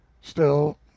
Still